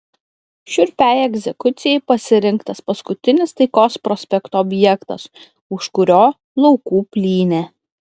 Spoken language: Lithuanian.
šiurpiai egzekucijai pasirinktas paskutinis taikos prospekto objektas už kurio laukų plynė